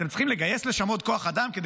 אתם צריכים לגייס לשם עוד כוח אדם כדי